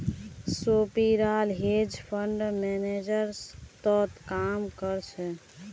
सोपीराल hedge fund manager तोत काम कर छ